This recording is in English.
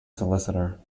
solicitor